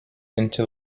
into